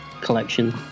collection